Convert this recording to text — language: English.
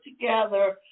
together